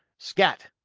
scat!